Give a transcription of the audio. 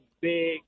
big